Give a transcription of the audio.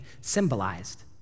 symbolized